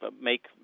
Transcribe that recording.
make